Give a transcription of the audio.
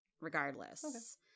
regardless